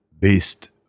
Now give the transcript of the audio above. based